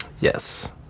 Yes